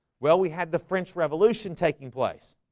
well, we had the french revolution taking place